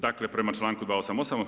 Dakle, prema članku 288.